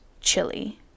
chili